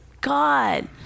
God